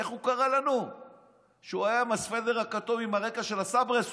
איך הוא קרא לנו כשהוא היה עם הסוודר הכתום עם הרקע של הסברס,